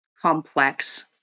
complex